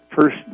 first